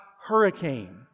hurricane